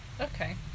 okay